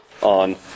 on